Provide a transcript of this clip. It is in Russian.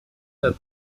над